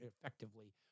effectively